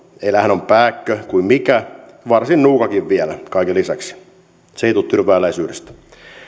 eläinhän on pääkkö kuin mikä varsin nuukakin vielä kaiken lisäksi se ei tule tyrvääläisyydestä